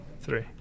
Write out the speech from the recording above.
three